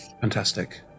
Fantastic